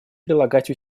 прилагать